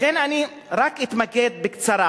לכן אני רק אתמקד בקצרה